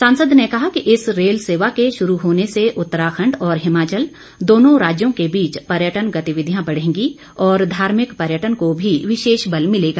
सांसद ने कहा कि इस रेल सेवा के शुरू होने से उत्तराखण्ड और हिमाचल दोंनो राज्यों के बीच पर्यटन गतिविधियां बढेंगी और धार्मिक पर्यटन को भी विशेष बल मिलेगा